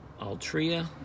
Altria